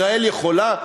ישראל יכולה?